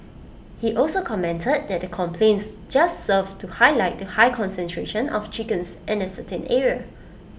he also commented that the complaints just served to highlight the high concentration of chickens in A certain area